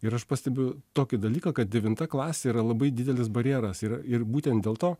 ir aš pastebiu tokį dalyką kad devinta klasė yra labai didelis barjeras yra ir būtent dėl to